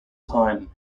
time